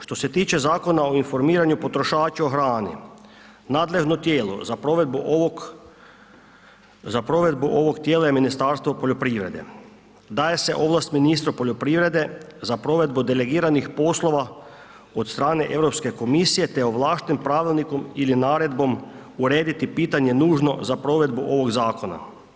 Što se tiče Zakona o informiranju potrošača o hrani, nadležno tijelo za provedbu ovog tijela je Ministarstvo poljoprivrede, daje se ovlast ministru poljoprivrede za provedbu delegiranih poslova od strane Europske komisije, te ovlašten pravilnikom ili naredbom urediti pitanje nužno za provedbu ovog zakona.